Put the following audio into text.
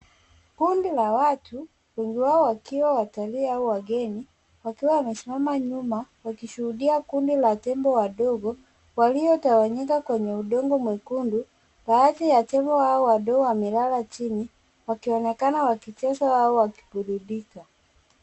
Kundi la watu wengi wao wakiwa watalii au wageni wakiwa wamesimama nyuma wakishuhudia kundi la tembo wadogo waliyotawanyika kwenye udongo mwekundu baadhi ya tembo hawa wadogo wamelala chini wakionekana wakicheza au wakiburudika.